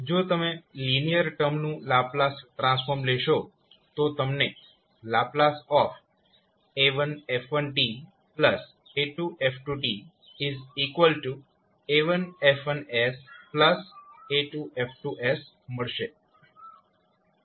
જો તમે linear term નું લાપ્લાસ ટ્રાન્સફોર્મ લેશો તો તમને ℒ a1f1a2f2a1F1a2F2 મળશે